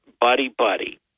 buddy-buddy